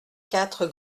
quatre